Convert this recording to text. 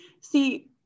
see